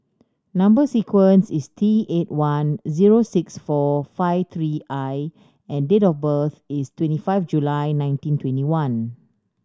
number sequence is T eight one zero six four five three I and date of birth is twenty five July nineteen twenty one